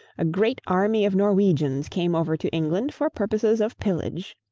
a great army of norwegians came over to england for purposes of pillage.